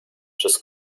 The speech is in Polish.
przez